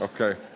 okay